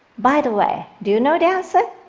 by the way, do you know the answer?